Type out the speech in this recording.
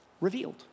revealed